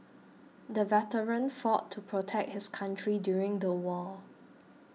the veteran fought to protect his country during the war